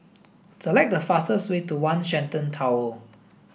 select the fastest way to One Shenton Tower